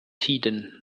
tiden